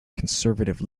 conservative